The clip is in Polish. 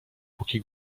póki